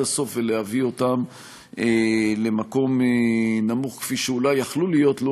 הסוף ולהביא אותם למקום נמוך כפי שאולי יכלו להיות לו